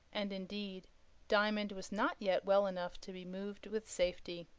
and indeed diamond was not yet well enough to be moved with safety.